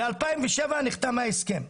ב-2007 נחתם ההסכם.